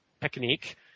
technique